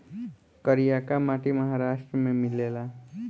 करियाका माटी महाराष्ट्र में मिलेला